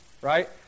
right